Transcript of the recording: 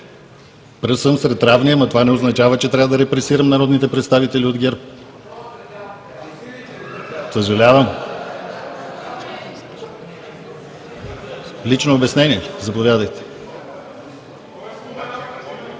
Пръв съм сред равни, но това не означава, че трябва да репресирам народните представители от ГЕРБ, съжалявам. Лично обяснение, заповядайте.